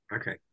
Okay